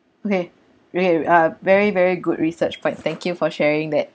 okay you have ah very very good research quite thank you for sharing that